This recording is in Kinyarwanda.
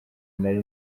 nari